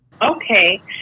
Okay